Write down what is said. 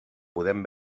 podem